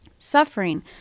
suffering